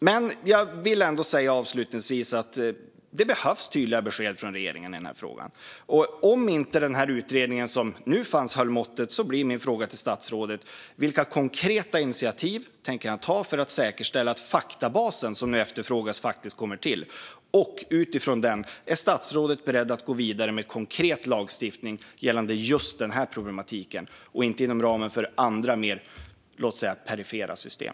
Avslutningsvis vill jag säga att det behövs tydliga besked från regeringen i den här frågan. Om den nu nedlagda utredningen inte höll måttet blir min fråga till statsrådet vilka konkreta initiativ han tänker ta för att säkerställa att faktabasen som efterfrågas faktiskt kommer till. Är statsrådet beredd att gå vidare med konkret lagstiftning gällande just denna problematik, alltså inte inom ramen för andra - kanske mer perifera - system?